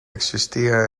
existía